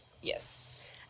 Yes